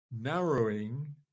narrowing